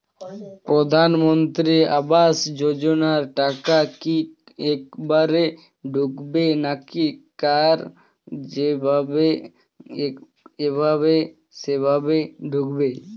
প্রধানমন্ত্রী আবাস যোজনার টাকা কি একবারে ঢুকবে নাকি কার যেভাবে এভাবে সেভাবে ঢুকবে?